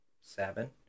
seven